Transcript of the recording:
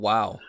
Wow